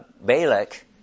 Balak